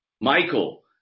Michael